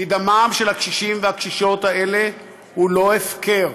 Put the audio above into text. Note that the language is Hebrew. כי דמם של הקשישים והקשישות האלה הוא לא הפקר.